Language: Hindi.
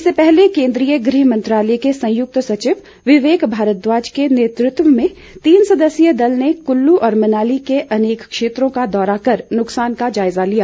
इससे पहले केन्द्रीय गृह मंत्रालय के संयुक्त सचिव विवेक भारद्वाज के नेतृत्व में तीन सदस्यीय दल ने कुल्लू और मनाली के अनेक क्षेत्रों का दौरा कर नुकसान का जायजा लिया